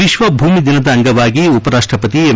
ವಿಶ್ವ ಭೂಮಿ ದಿನದ ಅಂಗವಾಗಿ ಉಪರಾಷ್ಲಪತಿ ಎಂ